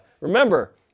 Remember